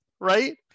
Right